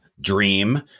dream